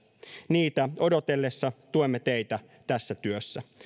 niitä odotellessa tuemme teitä tässä työssä